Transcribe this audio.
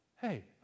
hey